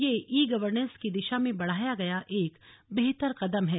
यह e governance की दिशा में बढ़ाया गया एक बेहतर कदम है